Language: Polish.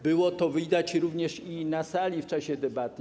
Było to widać również na sali w czasie debaty.